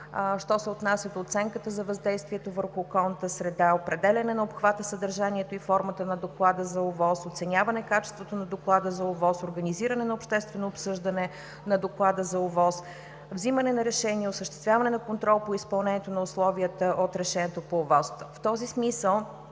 що се отнася до оценката за въздействието върху околната среда; определяне на обхвата, съдържанието и формата на доклада за ОВОС; оценяване качеството на доклада за ОВОС; организиране на обществено обсъждане на доклада за ОВОС; взимане на решения; осъществяване на контрол по изпълнението на условията от решението по ОВОС. В този смисъл